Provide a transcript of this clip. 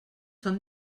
són